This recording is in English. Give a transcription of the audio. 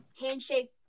handshake